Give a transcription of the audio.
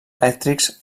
elèctrics